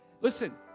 Listen